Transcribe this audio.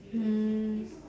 mm